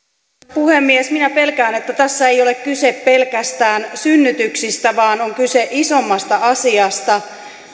puhemies minä pelkään että tässä ei ole kyse pelkästään synnytyksistä vaan on kyse isommasta asiasta